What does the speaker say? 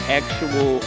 actual